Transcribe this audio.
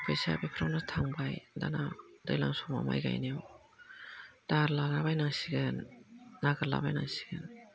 फैसाया बेफोरावबो थांबाय दाना दैज्लां समाव माइ गायनायाव दाहार लाला बायनांसिगोन नागिरलाबायनांसिगोन